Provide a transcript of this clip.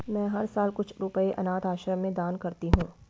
मैं हर साल कुछ रुपए अनाथ आश्रम में दान करती हूँ